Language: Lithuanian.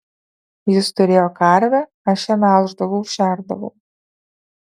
jis turėjo karvę aš ją melždavau šerdavau